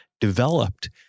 developed